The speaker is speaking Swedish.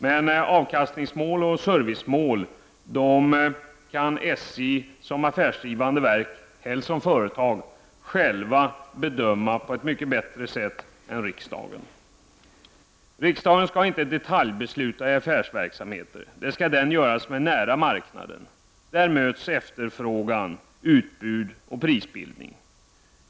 Men avkastningsmål och servicemål kan SJ som affärsdrivande verk eller som företag självt bedöma på ett mycket bättre sätt än riksdagen. Riksdagen skall inte fatta detaljbeslut i fråga om affärsverksamheter. Det skall den göra som är nära marknaden. Där möts efterfrågan, utbud och prisbildning.